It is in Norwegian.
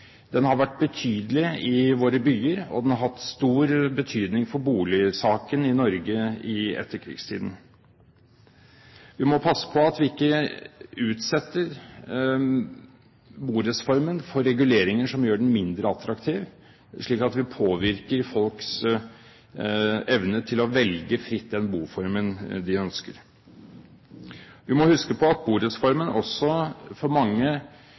Den har vært betydelig i våre byer, og den har hatt stor betydning for boligsaken i Norge i etterkrigstiden. Vi må passe på at vi ikke utsetter borettsformen for reguleringer som gjør den mindre attraktiv, slik at vi påvirker folks evne til å velge fritt den boformen de ønsker. Vi må huske på at for mange